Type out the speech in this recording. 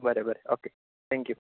बरें बरें okay thank you